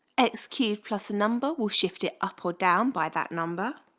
x cubed plus a number will shift it up or down by that number